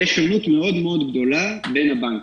כמו שאמרתי, יש שונות מאוד מאוד גדולה בין הבנקים.